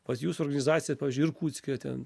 pas jus organizacija pavyzdžiui irkutske ten